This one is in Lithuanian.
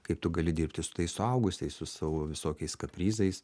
kaip tu gali dirbti su tais suaugusiais su savo visokiais kaprizais